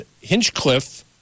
Hinchcliffe